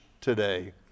today